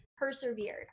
persevered